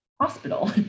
hospital